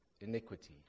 Iniquity